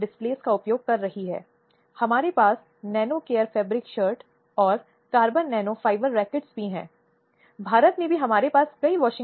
महिलाओं में जागरूकता पैदा करना और उन्हें उनके अधिकारों के ज्ञान के साथ और उनके अधिकारों का उपयोग करने की क्षमता से लैस करना